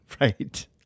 Right